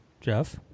Jeff